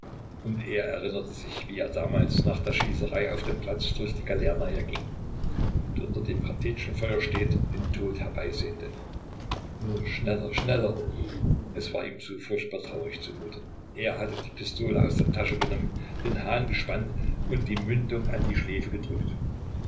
und er erinnerte sich wie er damals nach der schießerei auf dem platz durch die galernaja ging und unter dem kartätschenfeuer stehend den tod herbeisehnte nun schneller schneller es war ihm so furchtbar traurig zumute er hatte die pistole aus der tasche genommen den hahn gespannt und die mündung an die schläfe gedrückt